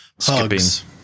hugs